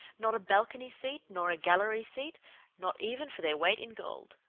not a balcony seat, nor a gallery seat not even for their weight in gold.